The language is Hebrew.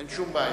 אין שום בעיה,